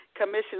Commission